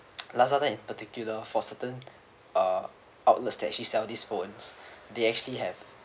Lazada in particular for certain uh outlet that's actually sell this phones they actually have